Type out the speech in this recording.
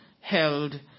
held